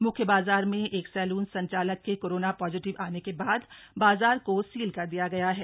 म्ख्य बाजार में एक सैलून संचालक के कोरोना पाजिटिव आने के बाद बाजार को सील कर दिया गया है